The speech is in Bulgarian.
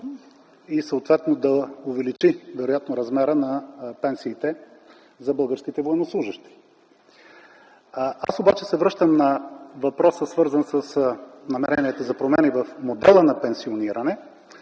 и съответно да увеличи вероятно размера на пенсиите за българските военнослужещи. Аз обаче се връщам на въпроса, свързан с намерението за промени в модела на пенсиониране,